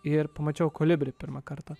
ir pamačiau kolibrį pirmą kartą